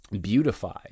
beautify